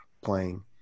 playing